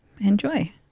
enjoy